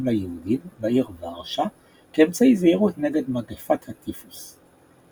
ליהודים בעיר ורשה כאמצעי זהירות נגד מגפת הטיפוס".